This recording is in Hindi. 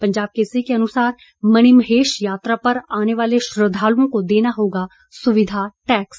पंजाब केसरी के अनुसार मणिमहेश यात्रा पर आने वाले श्रद्वालुओं को देना होगा सुविघा टैक्स